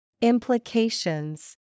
Implications